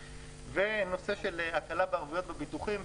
ונושא של הקלה בערבויות ובביטוחים.